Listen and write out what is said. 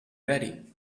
ready